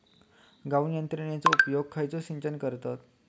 गाळण यंत्रनेचो उपयोग खयच्या सिंचनात करतत?